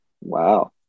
Wow